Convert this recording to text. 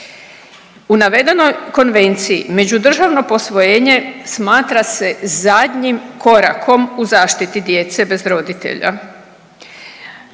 U navedenoj konvenciji međudržavno posvojenje smatra se zadnjim korakom u zaštiti djece bez roditelja.